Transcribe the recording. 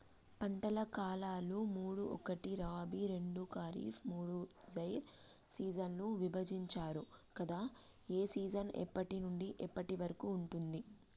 పంటల కాలాలు మూడు ఒకటి రబీ రెండు ఖరీఫ్ మూడు జైద్ సీజన్లుగా విభజించారు కదా ఏ సీజన్ ఎప్పటి నుండి ఎప్పటి వరకు ఉంటుంది?